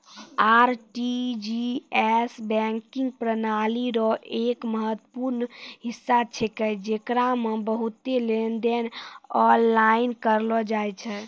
RTGS banking प्रणाली रो एक महत्वपूर्ण हिस्सा छेकै जेकरा मे बहुते लेनदेन आनलाइन करलो जाय छै